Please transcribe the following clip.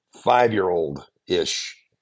five-year-old-ish